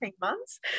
months